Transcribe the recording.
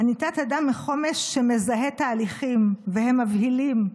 אני תת-אדם מחומש שמזהה תהליכים, והם מבהילים,